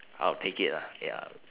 I'll take it ah ya